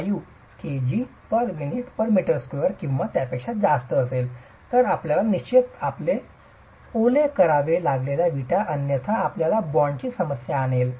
5 kgminm2 किंवा त्यापेक्षा जास्त असेल तर आपल्याला निश्चितच आपले ओले करावे लागेल विटा अन्यथा आपल्याला बॉन्डची समस्या असेल